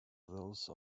those